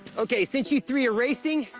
okay, since you three are racing,